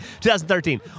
2013